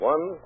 One